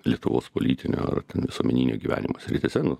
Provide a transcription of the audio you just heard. lietuvos politinio ar visuomeninio gyvenimo srityse nu